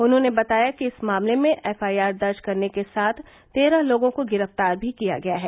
उन्होंने बताया कि इस मामले में एफआईआर दर्ज करने के साथ तेरह लोगों को गिरफ्तार भी किया गया है